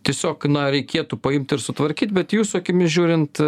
tiesiog na reikėtų paimt ir sutvarkyt bet jūsų akimis žiūrint